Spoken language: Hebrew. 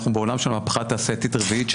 אנחנו בעולם של מהפכה תעשייתית רביעית,